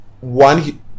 one